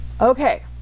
Okay